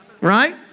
right